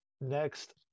Next